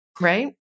Right